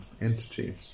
entity